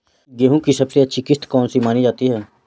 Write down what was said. गेहूँ की सबसे अच्छी किश्त कौन सी मानी जाती है?